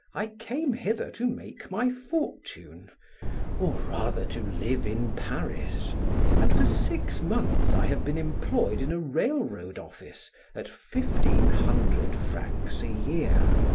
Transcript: i came hither to make my fortune, or rather to live in paris and for six months i have been employed in a railroad office at fifteen hundred francs a year.